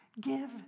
Give